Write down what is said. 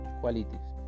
qualities